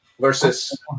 versus